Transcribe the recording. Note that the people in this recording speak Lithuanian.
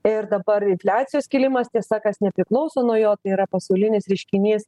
ir dabar infliacijos kilimas tiesa kas nepriklauso nuo jo tai yra pasaulinis reiškinys